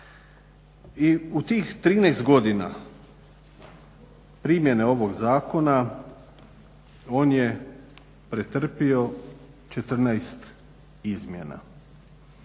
I u tih 13 godina primjene ovog zakona on je pretrpio 14 izmjena.